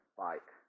fight